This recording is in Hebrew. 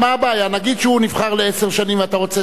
נגיד שהוא נבחר לעשר שנים ואתה רוצה שבע שנים.